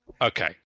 Okay